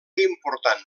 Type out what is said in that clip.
important